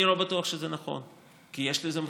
אני לא בטוח שזה נכון, כי יש לזה מחיר,